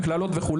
בקללות וכו',